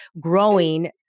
growing